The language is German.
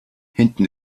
hinten